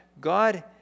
God